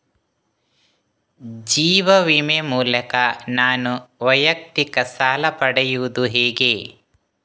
ಜೀವ ವಿಮೆ ಮೂಲಕ ನಾನು ವೈಯಕ್ತಿಕ ಸಾಲ ಪಡೆಯುದು ಹೇಗೆ?